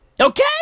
Okay